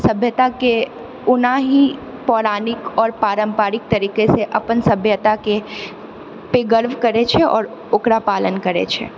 सभ्यताके ओनाही पौराणिक और पारम्परिक तरीकेसऽ अपन सभ्यताके गर्व करै छै और ओकरा पालन करै छै